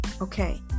Okay